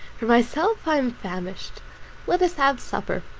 for myself, i am famished let us have supper.